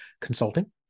consulting